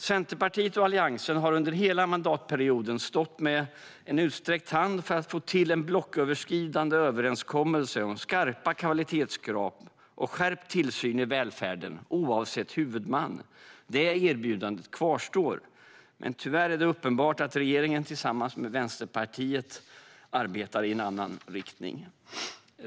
Centerpartiet och Alliansen har under hela mandatperioden stått med utsträckt hand för att få till en blocköverskridande överenskommelse om skarpa kvalitetskrav och skärpt tillsyn i välfärden, oavsett huvudman. Det erbjudandet kvarstår. Men tyvärr är det uppenbart att regeringen tillsammans med Vänsterpartiet arbetar i en annan riktning.